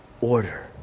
order